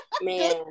man